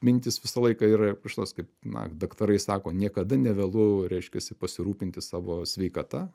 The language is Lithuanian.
mintys visą laiką yra iš tos kaip na daktarai sako niekada nevėlu reiškiasi pasirūpinti savo sveikata